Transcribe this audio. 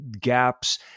gaps